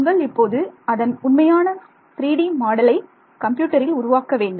நீங்கள் இப்போது அதன் உண்மையான 3D மாடலை கம்ப்யூட்டரில் உருவாக்க வேண்டும்